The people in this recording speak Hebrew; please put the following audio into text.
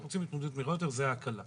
זו ההקלה.